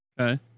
Okay